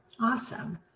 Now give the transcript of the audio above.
Awesome